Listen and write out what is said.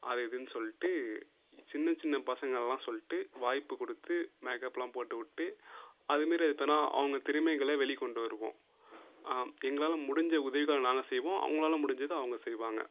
அது இதுனு சொல்லிட்டு சின்ன சின்ன பசங்கெல்லாம் சொல்லிட்டு வாய்ப்பு கொடுத்து மேக்கப்லாம் போட்டுவிட்டு அது மாரி அது அவங்க திறமைகளை வெளி கொண்டு வருவோம் எங்களால் முடிஞ்ச உதவிகளை நாங்கள் செய்வோம் அவங்களால முடிஞ்சதை அவங்க செய்வாங்க